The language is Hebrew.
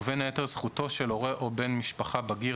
ובין היתר זכותו של הורה או בן משפחה בגיר